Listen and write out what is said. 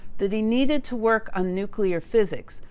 that he needed to work on nuclear physics.